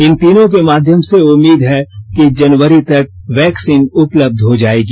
इन तीनों के माध्यम से उम्मीद है कि जनवरी तक वैक्सीन उपलब्ध हो जाएगी